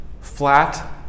flat